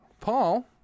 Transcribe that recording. paul